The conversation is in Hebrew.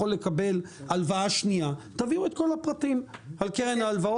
לקבל הלוואה שנייה; תביאו את כל הפרטים על קרן ההלוואות.